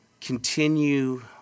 continue